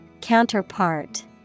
Counterpart